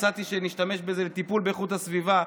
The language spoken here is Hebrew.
הצעתי שנשתמש בזה לטיפול באיכות הסביבה.